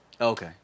Okay